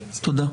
תודה.